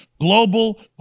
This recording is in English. global